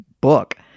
book